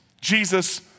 Jesus